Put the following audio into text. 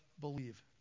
believe